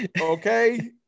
Okay